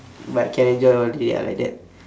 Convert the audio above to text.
but can enjoy all the way ah like that